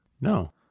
No